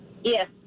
Yes